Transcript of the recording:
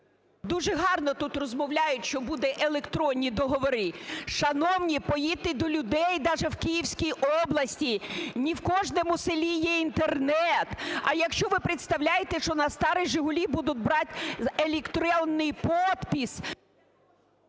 Дуже гарно тут розмовляють чи будуть електронні договори. Шановні, поїдьте до людей, даже в Київській області, ні в кожному селі є Інтернет. А якщо ви представляєте, що на старі Жигулі будуть брать електронний подпись...